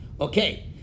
Okay